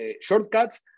shortcuts